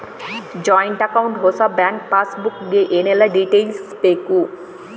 Joint account ಹೊಸ bank passbook ಗೆ ಏನೆಲ್ಲ ಡೀಟೇಲ್ಸ್ ಬೇಕು?